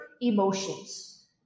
emotions